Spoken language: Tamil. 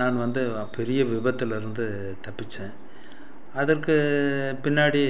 நான் வந்து பெரிய விபத்தில் இருந்து தப்பித்தேன் அதற்கு பின்னாடி